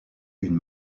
une